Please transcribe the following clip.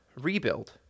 rebuild